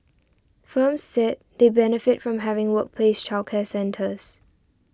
firms said they benefit from having workplace childcare centres